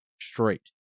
straight